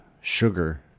sugar